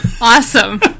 Awesome